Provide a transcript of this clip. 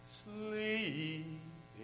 sleep